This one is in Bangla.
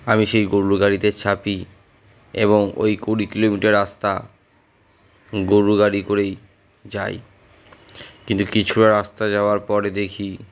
আমি সেই গরুর গাড়িতে চাপি এবং ওই কুড়ি কিলোমিটার রাস্তা গরুর গাড়ি করেই যাই কিন্তু কিছুটা রাস্তা যাওয়ার পরে দেখি